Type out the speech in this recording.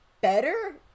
better